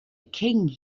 king